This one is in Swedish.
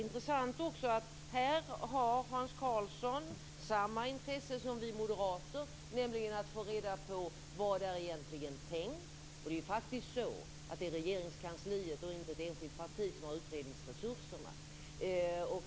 Det är också intressant att Hans Karlsson här har samma intresse som vi moderater, nämligen att få reda på vad som egentligen är tänkt. Det är ju faktiskt Regeringskansliet, inte ett enskilt parti, som har utredningsresurserna.